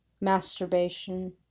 masturbation